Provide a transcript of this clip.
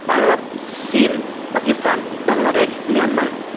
ভাৰত চীন পাকিস্তান বাংলাদেশ ম্যানমাৰ